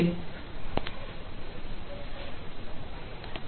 तर D ची शेवटची व्हॅल्यू होती ही 1 हे 1 राहील